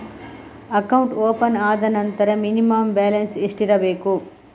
Account open ಆದ ನಂತರ minimum balance ಎಷ್ಟಿರಬೇಕು?